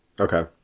Okay